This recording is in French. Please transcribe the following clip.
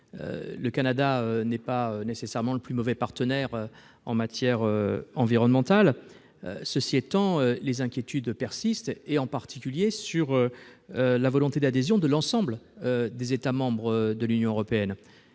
Le Canada n'est pas nécessairement le plus mauvais partenaire en matière environnementale. Cela dit, les inquiétudes persistent, en particulier sur la volonté d'adhésion de l'ensemble des États membres de l'Union européenne.